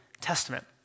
Testament